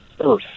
Earth